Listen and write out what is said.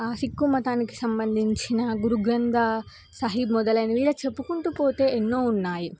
ఆ సిక్కు మతానికి సంబంధించిన గురుగంధ సహీ మొదలైన వీళ చెప్పుకుంటూ పోతే ఎన్నో ఉన్నాయి